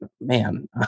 man